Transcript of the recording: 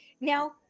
Now